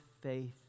faith